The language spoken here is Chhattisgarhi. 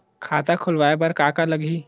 खाता खुलवाय बर का का लगही?